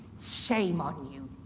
shame on you.